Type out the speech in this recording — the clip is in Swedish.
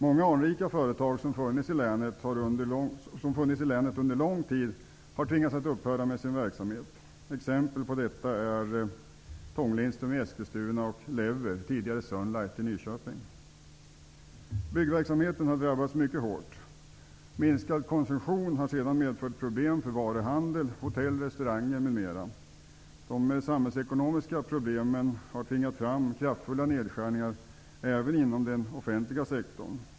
Många anrika företag som funnits i länet under lång tid har tvingats att upphöra med sin verksamhet. Byggverksamheten har drabbats mycket hårt. Minskad konsumtion har sedan medfört problem för varuhandel, hotell, restauranger m.m. De samhällsekonomiska problemen har tvingat fram kraftfulla nedskärningar även inom den offentliga sektorn.